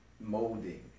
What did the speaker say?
molding